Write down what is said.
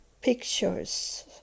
pictures